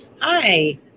Hi